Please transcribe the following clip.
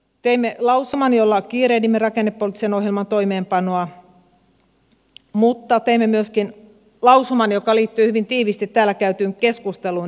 teimme lausuman jolla kiirehdimme rakennepoliittisen ohjelman toimeenpanoa mutta teimme myöskin lausuman joka liittyy hyvin tiiviisti täällä käytyyn keskusteluun